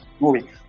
movie